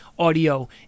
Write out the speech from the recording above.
audio